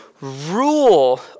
rule